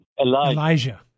Elijah